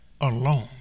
alone